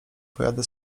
pojadę